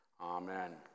Amen